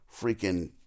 Freaking